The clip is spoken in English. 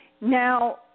Now